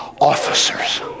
officers